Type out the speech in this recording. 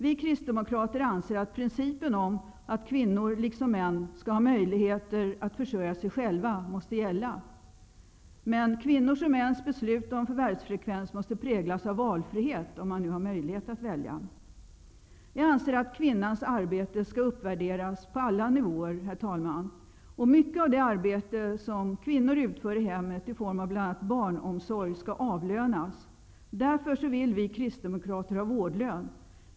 Vi kristdemokrater anser att principen om att kvinnor liksom män skall ha möjligheter att försörja sig själva måste gälla. Men kvinnors och mäns beslut om förvärvsfrekvens måste präglas av valfrihet, om man nu har möjlighet att välja. Jag anser att kvinnans arbete skall uppvärderas på alla nivåer. Mycket av det arbete som kvinnor utför i hemmet i form av bl.a. barnomsorg skall avlönas. Därför vill vi kristdemokrater ha vårdlön.